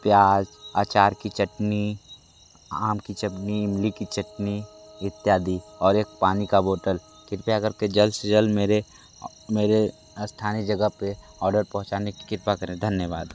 प्याज़ अचार की चटनी आम की चटनी ईमली की चटनी इत्यादि और एक पानी का बोतल कृपया कर के जल्द से जल्द मेरे मेरे स्थानीय जगह पे आर्डर पहुंचाने की कृपा करें धन्यवाद